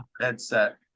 headset